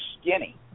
skinny